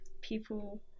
people